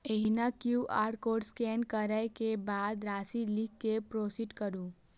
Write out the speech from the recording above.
एहिना QR code scan करै के बाद राशि लिख कें प्रोसीड करू